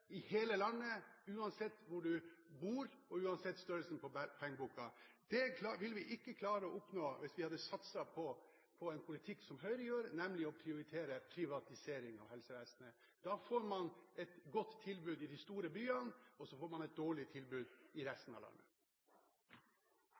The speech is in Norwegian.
i hele landet, uansett hvor du bor, og uansett størrelsen på pengeboken. Det vil vi ikke klare å oppnå hvis vi hadde satset på den politikken som Høyre gjør, nemlig å prioritere privatisering av helsevesenet. Da får man et godt tilbud i de store byene og et dårlig tilbud i